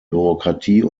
bürokratie